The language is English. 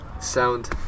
sound